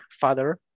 father